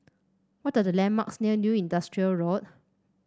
what are the landmarks near New Industrial Road